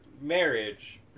marriage